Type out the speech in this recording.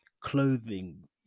clothing